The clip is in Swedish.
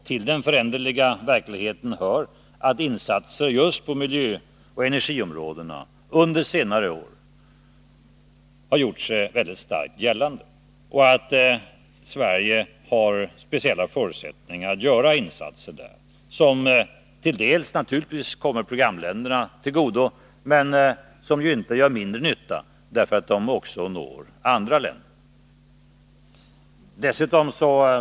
Till den föränderliga verkligheten hör att insatser just på miljöoch energiområdena under senare år har gjort sig väldigt starkt gällande och att Sverige har speciella förutsättningar att göra insatser där, insatser som ju inte gör mindre nytta för att de också kommer andra länder än programländerna till del.